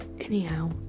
Anyhow